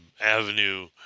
avenue